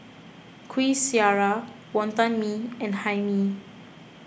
Kuih Syara Wonton Mee and Hae Mee